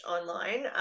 online